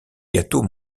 gâteau